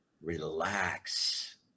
relax